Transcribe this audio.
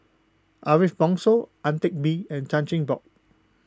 Ariff Bongso Ang Teck Bee and Chan Chin Bock